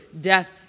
death